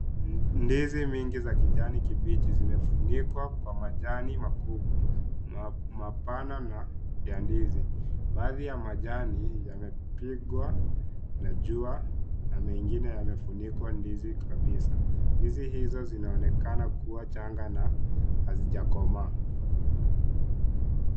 Ndizi mingi za kijani kibichi zimefunikwa kwa majani makubwa, mapana na ya ndizi. Baadhi ya majani yamepigwa na jua, na mengine yamefunika ndizi kabisa. Ndizi hizo zinaonekana kuwa changa kabisa na hazijakomaa.